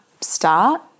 start